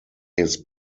his